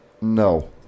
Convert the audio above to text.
No